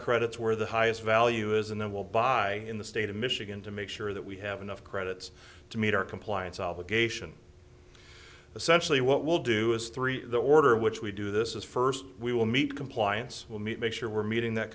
credits where the highest value is and then we'll buy in the state of michigan to make sure that we have enough credits to meet our compliance obligation essentially what we'll do is three the order which we do this is first we will meet compliance will meet make sure we're meeting that